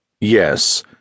Yes